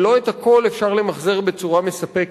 ולא את הכול אפשר למחזר בצורה מספקת.